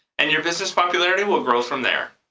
and your business popularity will grow from there.